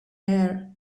air